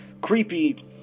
Creepy